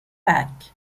back